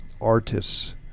artists